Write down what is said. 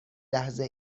لحظه